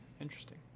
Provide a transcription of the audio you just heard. Interesting